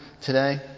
today